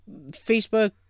Facebook